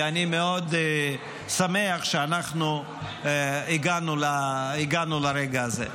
ואני מאוד שמח שאנחנו הגענו לרגע הזה.